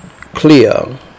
clear